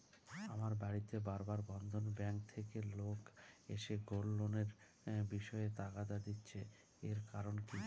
আমার বাড়িতে বার বার বন্ধন ব্যাংক থেকে লোক এসে গোল্ড লোনের বিষয়ে তাগাদা দিচ্ছে এর কারণ কি?